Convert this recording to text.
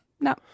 No